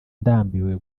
ndambiwe